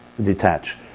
detach